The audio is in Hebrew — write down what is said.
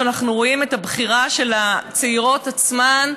כשאנחנו רואים את הבחירה של הצעירות עצמן.